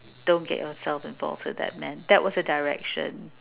don't get yourself involved with that man that was the direction